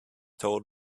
told